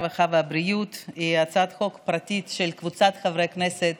הרווחה והבריאות היא הצעת חוק פרטית של קבוצת חברי כנסת